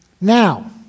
Now